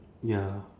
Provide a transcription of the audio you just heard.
ya